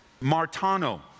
martano